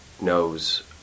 knows